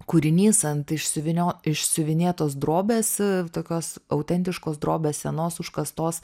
kūrinys ant išsiuvinio išsiuvinėtos drobės tokios autentiškos drobės senos užkastos